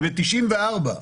וב-94',